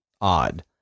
odd